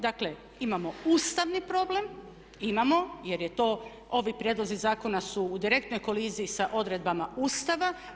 Dakle, imamo ustavni problem, imamo jer je to, ovi prijedlozi zakona su u direktnoj koliziji sa odredbama Ustava.